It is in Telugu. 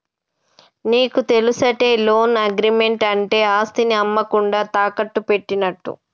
నీకు తెలుసటే, లోన్ అగ్రిమెంట్ అంటే ఆస్తిని అమ్మకుండా తాకట్టు పెట్టినట్టు